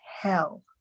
hell